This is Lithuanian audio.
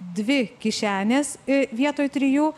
dvi kišenės vietoj trijų